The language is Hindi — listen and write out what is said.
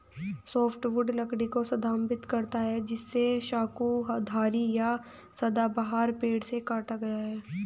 सॉफ्टवुड लकड़ी को संदर्भित करता है जिसे शंकुधारी या सदाबहार पेड़ से काटा गया है